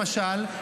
למשל,